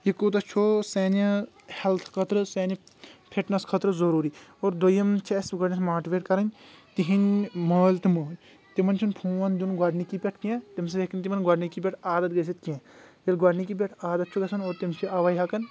یہِ کوٗتاہ چھُ سانہِ ہٮ۪لتھٕ خٲطرٕ سانہِ فٹنَس خٲطرٕ ضروٗری اور دوٚیِم چھِ اسہِ گۄڈٕنٮ۪تھ ماٹویٹ کرٕنۍ تِہِنٛدۍ مٲلۍ تہٕ موج تِمن چھُنہٕ فون دِیُن گۄڈٕنکی پٮ۪ٹھ کینٛہہ تمہِ سۭتۍ ہٮ۪کن تِمن گۄڈٕنکی پٮ۪ٹھٕ عادت گٔژھِتھ کینٛہہ ییٚلہِ گۄڈٕنِکی پٮ۪ٹھٕ عادت چھُ گژھان اور تِم چھِ اوے ہٮ۪کن